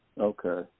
Okay